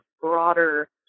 broader